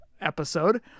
episode